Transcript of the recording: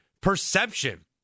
perception